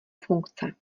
funkce